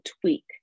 tweak